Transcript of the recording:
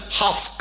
half